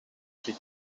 prix